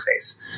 interface